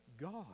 God